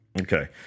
Okay